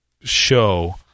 show